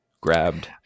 grabbed